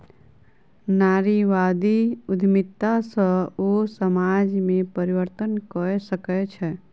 नारीवादी उद्यमिता सॅ ओ समाज में परिवर्तन कय सकै छै